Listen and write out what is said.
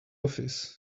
office